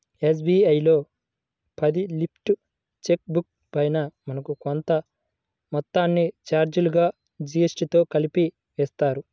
SBI లో పది లీఫ్ల చెక్ బుక్ పైన మనకు కొంత మొత్తాన్ని చార్జీలుగా జీఎస్టీతో కలిపి వేస్తారు